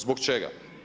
Zbog čega?